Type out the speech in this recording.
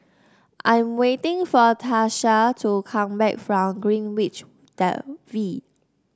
I'm waiting for Tatia to come back from Greenwich V